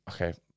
okay